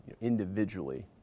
individually